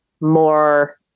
more